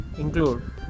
include